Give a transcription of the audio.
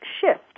shift